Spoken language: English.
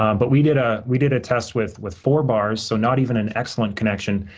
um but, we did ah we did a test with with four bars, so not even an excellent connection,